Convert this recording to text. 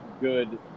good